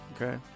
okay